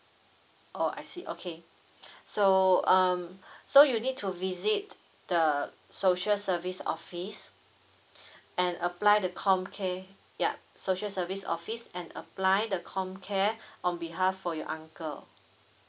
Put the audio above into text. orh I see okay so um so you need to visit the social service office and apply the comcare ya social service office and apply the comcare on behalf for your uncle